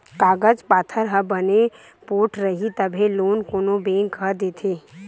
कागज पाथर ह बने पोठ रइही तभे लोन कोनो बेंक ह देथे